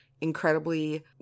incredibly